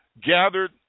gathered